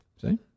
See